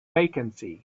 vacancy